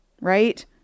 Right